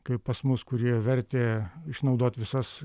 kaip pas mus kurie vertė išnaudot visas